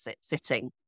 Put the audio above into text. sitting